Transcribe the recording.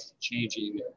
changing